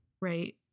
right